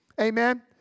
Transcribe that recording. Amen